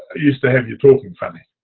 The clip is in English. used to have you talking funny.